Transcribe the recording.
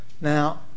Now